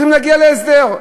צריכים להגיע להסדר,